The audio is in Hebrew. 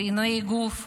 בעינויי גוף ונפש,